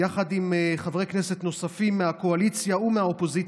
יחד עם חברי כנסת נוספים מהקואליציה ומהאופוזיציה,